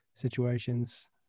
situations